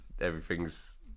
everything's